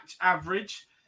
average